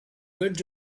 lived